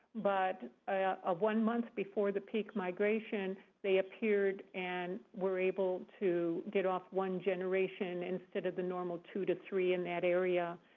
but ah one month before the peak migration they appeared and were able to get off one generation instead of the normal two to three in that area.